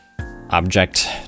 object